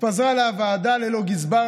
התפזרה לה הוועדה ללא גזבר